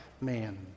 man